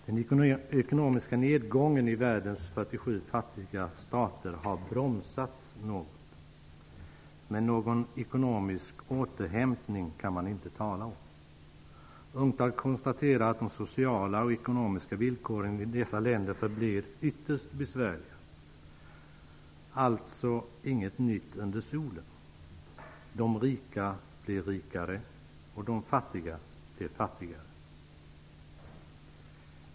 Den ekonomiska nedgången i världens 47 fattigaste stater har bromsats något, men någon ekonomisk återhämtning kan man inte tala om. UNCTAD konstaterar att de sociala och ekonomiska villkoren i dessa länder förblir ytterst besvärliga. Det finns således inget nytt under solen. Det rika blir rikare, och de fattiga blir fattigare.